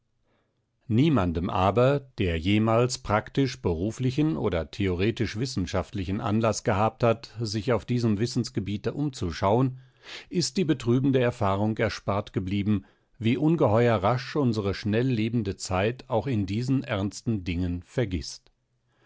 niemandem aber der jemals praktisch beruflichen oder theoretisch wissenschaftlichen anlaß gehabt hat sich auf diesem wissensgebiete umzuschauen ist die betrübende erfahrung erspart geblieben wie ungeheuer rasch unsere schnell lebende zeit auch in diesen ernsten dingen vergißt